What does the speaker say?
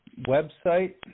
website